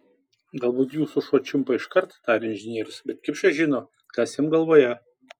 galbūt jūsų šuo čiumpa iškart tarė inžinierius bet kipšas žino kas jam galvoje